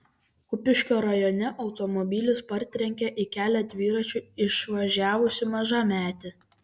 kupiškio rajone automobilis partrenkė į kelią dviračiu išvažiavusį mažametį